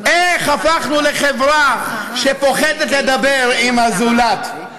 איך הפכנו לחברה שפוחדת לדבר עם הזולת?